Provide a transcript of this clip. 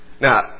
Now